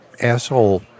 asshole